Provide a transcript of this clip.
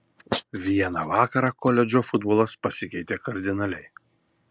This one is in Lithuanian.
vieną vakarą koledžo futbolas pasikeitė kardinaliai